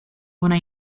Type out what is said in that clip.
una